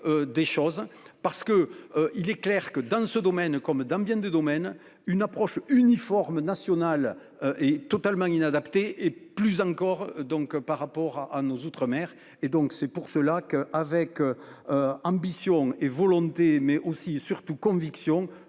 des choses parce que. Il est clair que dans ce domaine comme dans bien des domaines une approche uniforme national est totalement inadaptée et plus encore, donc par rapport à nos outre-mer et donc c'est pour cela qu'avec. Ambition et volonté mais aussi surtout conviction